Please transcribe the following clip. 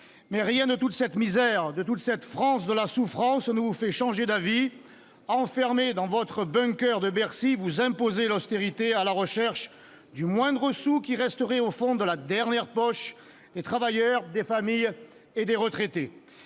Mais rien de toute cette misère, de toute cette France de la souffrance ne vous fait changer d'avis, monsieur le secrétaire d'État. Enfermé dans votre bunker de Bercy, vous imposez l'austérité, à la recherche du moindre sou qui resterait au fond de la dernière poche des travailleurs, des familles et des retraités.